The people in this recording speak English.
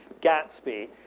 Gatsby